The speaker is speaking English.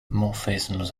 morphisms